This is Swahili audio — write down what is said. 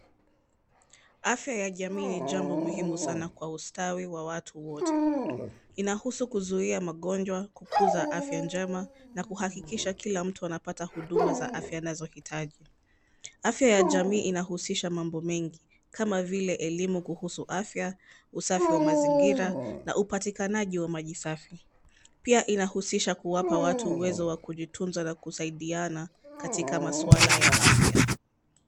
Afya ya jamii ni jambo muhimu sana kwa ustawi wa watu wote. Inahusu kuzuia magonjwa kukuza afya njema na kuhakikisha kila mtu anapata huduma za afya anazohitaji. Afya ya jamii inahusisha mambo mengi kama vile elimu kuhusu afya, usafi wa mazingira na upatikanaji wa maji safi, pia inahusisha kuwapa watu uwezo ya kujitunza na kusaidiana katika maswala ya afya.